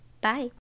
bye